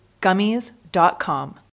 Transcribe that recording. gummies.com